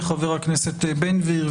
בחבר הכנסת בן גביר,